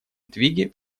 сдвиги